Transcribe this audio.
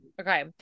okay